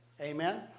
amen